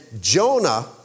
Jonah